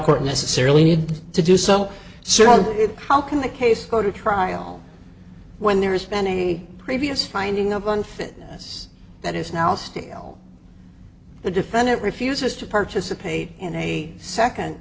court necessarily need to do so so how can the case go to trial when there is spending a previous finding of unfit us that is now still the defendant refuses to participate in a second